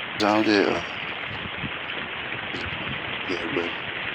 Zanvie a zeremi hiabuɛ.